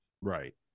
Right